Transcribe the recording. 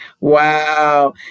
wow